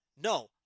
no